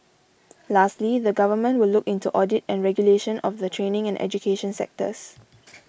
lastly the Government will look into audit and regulation of the training and education sectors